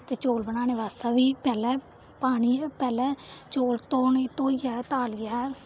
ते चौल बनाने बास्तै बी पैह्ले पानी पैह्ले चौल धोने धोइयै तालियै